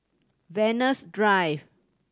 Venus Drive